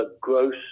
Gross